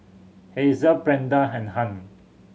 Hazel Brenda and Hunt